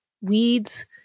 weeds